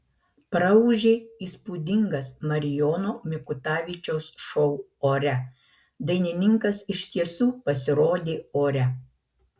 praūžė įspūdingas marijono mikutavičiaus šou ore dainininkas iš tiesų pasirodė ore